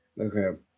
Okay